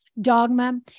dogma